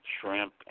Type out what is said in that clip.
shrimp